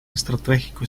estratégico